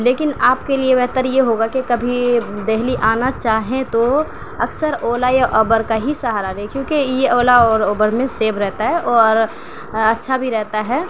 لیکن آپ کے لیے بہتر یہ ہوگا کہ کبھی دہلی آنا چاہیں تو اکثر اولا یا اوبر کا ہی سہارا لیں کیونکہ یہ اولا اور اوبر میں سیف رہتا ہے اور اچھا بھی رہتا ہے